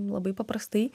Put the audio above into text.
labai paprastai